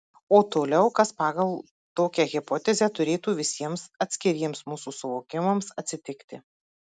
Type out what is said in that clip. o toliau kas pagal tokią hipotezę turėtų visiems atskiriems mūsų suvokimams atsitikti